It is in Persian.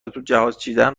توجهازچیدن